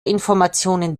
informationen